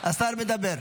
השר מדבר.